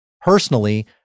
personally